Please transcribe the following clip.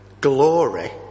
glory